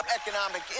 economic